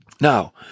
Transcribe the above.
Now